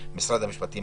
משרד המשפטים.